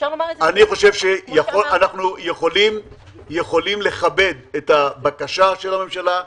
אני חושב שאנחנו יכולים לכבד את הבקשה של הממשלה,